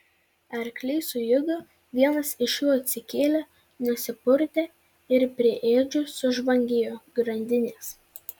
arkliai sujudo vienas iš jų atsikėlė nusipurtė ir prie ėdžių sužvangėjo grandinės